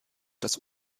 das